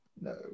No